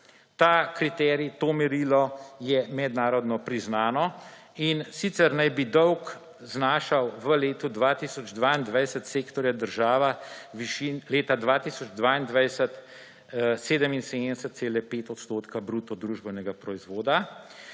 Ta kriterij, to merilo je mednarodno priznano, in sicer naj bi dolg znašal v letu 2022 sektorja država 77,5 odstotka bruto družbenega proizvoda.